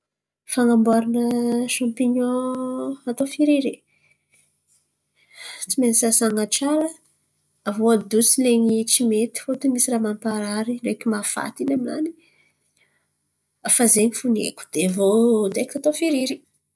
Fan̈aboarana sampinio atô fiririry tsy maintsy sasan̈a tsara aviô adoso alin̈y tsy mety fôtiny misy raha mamparary ndraiky mahafaty in̈y aminany fa zen̈y fo ny haiko. De aviô direkity atô firiry.